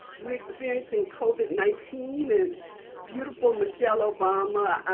we're experiencing covid nineteen. and beautiful michelle obama,